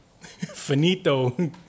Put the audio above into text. finito